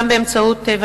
גם באמצעות,